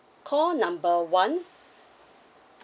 call number one